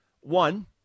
one